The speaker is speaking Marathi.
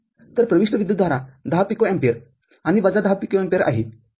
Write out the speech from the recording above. तर प्रविष्ट विद्युतधारा १० पिको अँपिअर आणि वजा १० पिको अँपिअर आहे